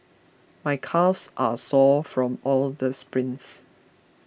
my calves are sore from all the sprints